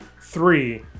three